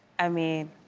i mean,